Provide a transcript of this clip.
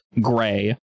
gray